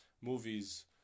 movies